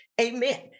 Amen